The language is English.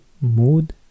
Mood